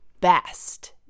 best